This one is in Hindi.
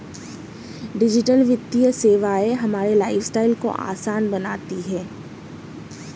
डिजिटल वित्तीय सेवाएं हमारे लाइफस्टाइल को आसान बनाती हैं